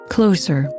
Closer